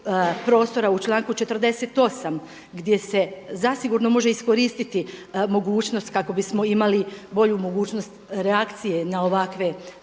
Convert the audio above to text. u članku 48. gdje se zasigurno može iskoristiti mogućnost kako bismo imali bolju mogućnost reakcije na ovakve incidente